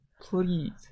Please